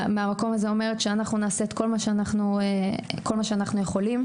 מהמקום הזה אני אומרת שאנחנו נעשה את כל מה שאנחנו יכולים.